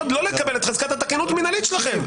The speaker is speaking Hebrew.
לקבל את חזקת התקינות המינהלית שלכם.